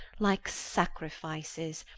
like sacrifices,